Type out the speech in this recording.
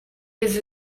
years